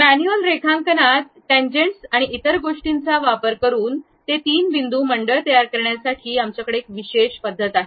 manual रेखांकनात tangents आणि इतर गोष्टींचा वापर करून ते तीन बिंदू मंडळ तयार करण्यासाठी आमच्याकडे एक विशेष पद्धत आहे